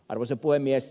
arvoisa puhemies